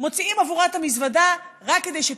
מוציאים בעבורה את המזוודה רק כדי שהיא